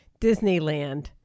Disneyland